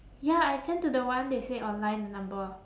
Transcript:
ya I send to the one they said online the number